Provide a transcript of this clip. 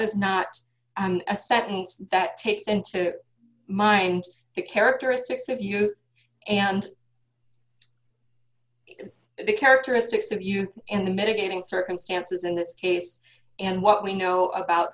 is not and a sentence that takes and to mind the characteristics of youth and the characteristics of youth and mitigating circumstances in this case and what we know about